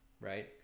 right